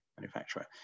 manufacturer